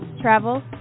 travel